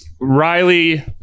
Riley